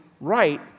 right